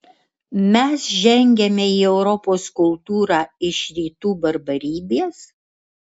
mes žengiame į europos kultūrą iš rytų barbarybės